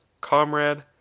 comrade